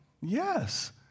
Yes